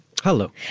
Hello